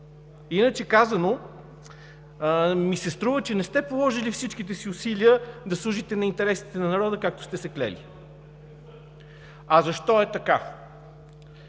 Иначе казано ми се струва, че не сте положили всичките си усилия да служите на интересите на народа, както сте се клели. А защо е така?